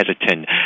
hesitant